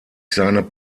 seine